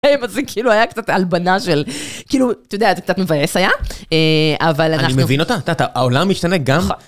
אימא זה כאילו היה קצת הלבנה של, כאילו, אתה יודע, זה קצת מבאס היה, אבל אנחנו... - אני מבין אותה, את יודעת, העולם משתנה גם.